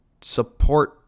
support